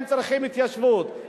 הם צריכים התיישבות,